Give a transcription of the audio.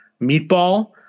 meatball